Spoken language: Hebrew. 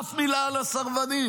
אף מילה על הסרבנים.